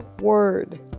word